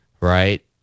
right